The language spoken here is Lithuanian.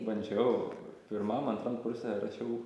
bandžiau pirmam antram kurse rašiau